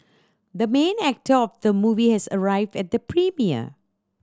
the main actor of the movie has arrived at the premiere